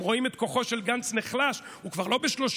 הם רואים את כוחו של גנץ נחלש, הוא כבר לא ב-30,